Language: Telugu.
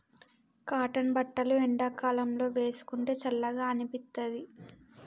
కాటన్ బట్టలు ఎండాకాలం లో వేసుకుంటే చల్లగా అనిపిత్తది